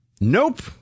Nope